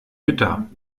bitter